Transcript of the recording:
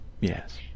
Yes